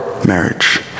marriage